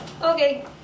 Okay